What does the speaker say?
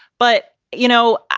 but, you know,